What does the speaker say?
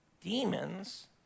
demons